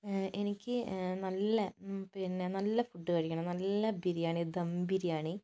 എനിക്ക് നല്ല പിന്നെ നല്ല ഫുഡ് കഴിക്കണം നല്ല ദം ബിരിയാണി